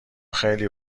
خیلی